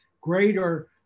greater